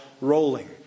rolling